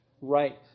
right